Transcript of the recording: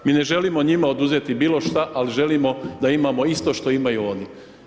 Mi ne želimo njima oduzeti bilo šta ali želimo da imamo isto što imaju oni.